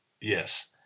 Yes